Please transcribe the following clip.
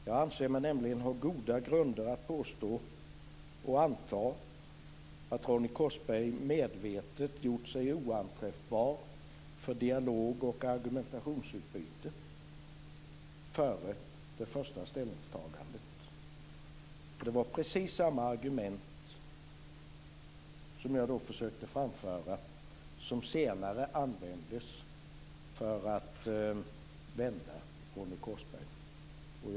Jag anser mig nämligen ha goda grunder att påstå och anta att Ronny Korsberg medvetet gjort sig oanträffbar för dialog och argumentationsutbyte före det första ställningstagandet. Det var precis samma argument som jag då försökte framföra som senare användes för att vända Ronny Korsberg.